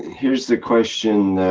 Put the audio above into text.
here's the question.